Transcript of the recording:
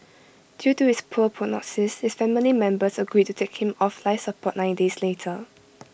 due to his poor prognosis his family members agreed to take him off life support nine days later